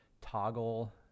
Toggle